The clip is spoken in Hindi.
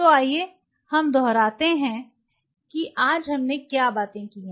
तो आइए हम दोहराते हैं की आज हमने क्या बातें की हैं